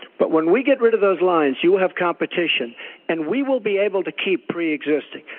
but when we get rid of those lines, you have competition and we will be able to keep preexisting,